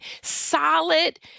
solid